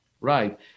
Right